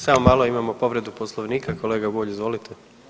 Samo malo imamo povredu Poslovnika kolega Bulj, izvolite.